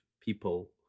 people